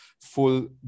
full